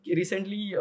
recently